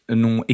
num